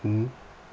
mm